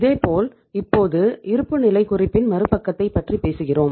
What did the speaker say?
இதேபோல் இப்போது இருப்புநிலைக் குறிப்பின் மறுபக்கத்தைப் பற்றிப் பேசுகிறோம்